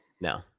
No